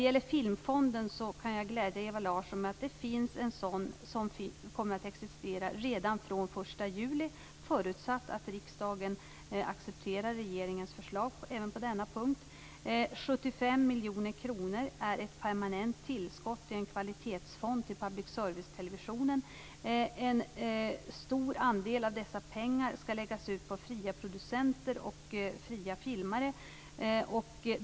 Jag kan glädja Ewa Larsson med att en filmfond kommer att existera redan från den 1 juli, förutsatt att riksdagen accepterar regeringens förslag även på denna punkt. 75 miljoner kronor är ett permanent tillskott, en kvalitetsfond för public servicetelevisionen. En stor andel av dessa pengar skall läggas på fria producenter och fria filmare.